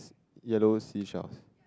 yellow seashells